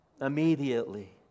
immediately